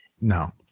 No